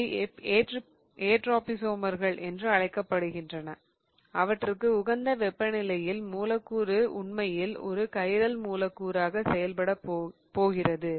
இவை ஏட்ரோபிசோமர்கள் என்று அழைக்கப்படுகின்றன அவற்றுக்கு உகந்த வெப்பநிலையில் மூலக்கூறு உண்மையில் ஒரு கைரல் மூலக்கூறாக செயல்படப் போகிறது